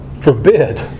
Forbid